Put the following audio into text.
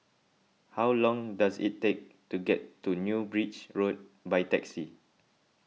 how long does it take to get to New Bridge Road by taxi